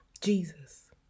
Jesus